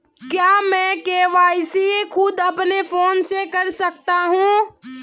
क्या मैं के.वाई.सी खुद अपने फोन से कर सकता हूँ?